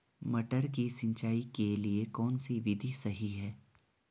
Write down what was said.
मटर की सिंचाई के लिए कौन सी विधि सही है?